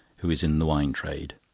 who is in the wine trade.